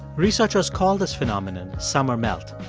researchers call this phenomenon summer melt.